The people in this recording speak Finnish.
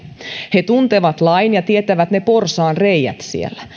he tuntevat lain ja tietävät porsaanreiät siellä